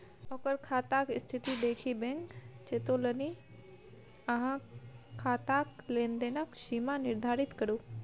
ओकर खाताक स्थिती देखि बैंक चेतोलनि अहाँ खाताक लेन देनक सीमा निर्धारित करू